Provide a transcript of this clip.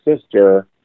sister